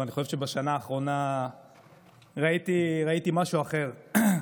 אבל אני חושב שבשנה האחרונה ראיתי משהו אחר.